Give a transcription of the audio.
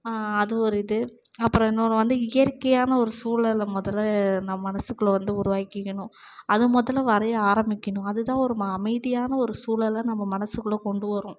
அது ஒரு இது அப்புறம் இன்னொன்று வந்து இயற்கையான ஒரு சூழலை முதல்ல நம்ம மனசுக்குள்ளே வந்து உருவாக்கிக்கணும் அதை முதல்ல வரைய ஆரமிக்கணும் அதுதான் ஒரு அமைதியான ஒரு சூழலை நம்ம மனசுக்குள்ளே கொண்டு வரும்